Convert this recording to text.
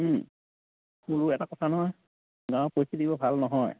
বোলো এটা কথা নহয় গাঁৱৰ পৰিস্থিত ভাল নহয়